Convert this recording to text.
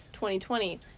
2020